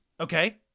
Okay